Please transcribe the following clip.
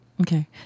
Okay